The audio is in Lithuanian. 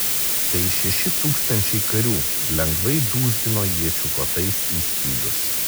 tai šeši tūkstančiai karių lengvai dūzgino iečių kotais į skydus